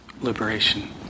liberation